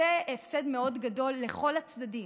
זה הפסד מאוד גדול לכל הצדדים.